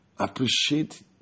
appreciate